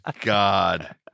god